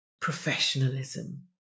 professionalism